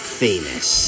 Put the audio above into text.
famous